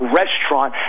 restaurant